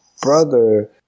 brother